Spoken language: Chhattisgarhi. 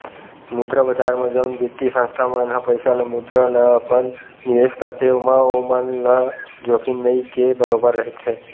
मुद्रा बजार म जउन बित्तीय संस्था मन ह पइसा ल मुद्रा ल अपन निवेस करथे ओमा ओमन ल जोखिम नइ के बरोबर रहिथे